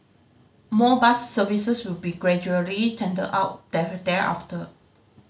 more bus services will be gradually tendered out there thereafter